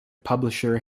publisher